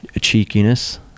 cheekiness